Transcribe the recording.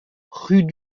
rue